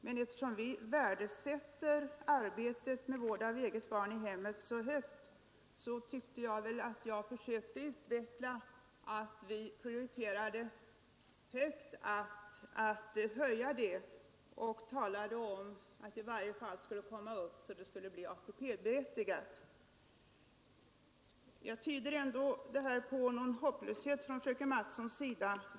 Men eftersom vi värderar arbetet med vård av eget barn i hemmet så högt — jag försökte utveckla detta i mitt anförande — så är vi villiga att prioritera en höjning av vårdnadsbidraget i varje fall till sådan nivå att vårdnadshavaren blir ATP-berättigad. Jag tyder det här argumentet som uttryck för en hopplöshet från fröken Mattsons sida.